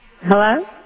Hello